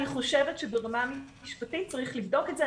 אני חושבת שברמה המשפטית צריך לבדוק את זה.